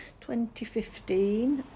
2015